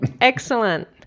Excellent